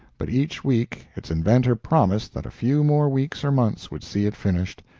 but each week its inventor promised that a few more weeks or months would see it finished,